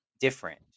different